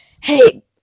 Hey